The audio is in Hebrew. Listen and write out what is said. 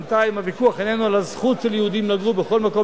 בינתיים הוויכוח איננו על הזכות של יהודים לגור בכל מקום